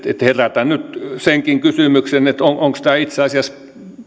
herätän nyt senkin kysymyksen onko onko tämä itse asiassa